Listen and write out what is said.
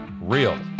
Real